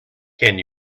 can